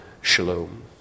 Shalom